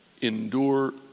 Endure